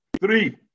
Three